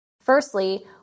Firstly